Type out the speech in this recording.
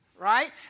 right